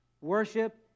Worship